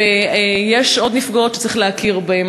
ויש עוד נפגעות שצריך להכיר בהן.